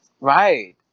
Right